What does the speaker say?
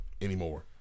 anymore